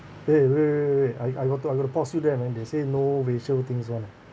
!hey! wait wait wait wait I I got to I got to pause you there man they say no racial things [one] ah